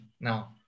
now